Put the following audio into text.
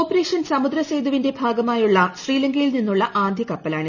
operation സമുദ്രസേതുവിന്റെ ഭാഗമായുള്ള ശ്രീലങ്കയിൽ നിന്നുള്ള ആദ്യ കപ്പലാണ്